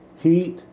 heat